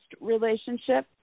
relationship